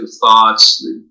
thoughts